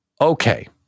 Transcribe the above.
Okay